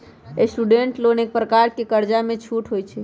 student loan एक प्रकार के कर्जामें छूट होइ छइ